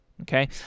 okay